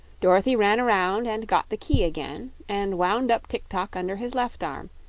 dorothy ran around and got the key again and wound up tik-tok under his left arm,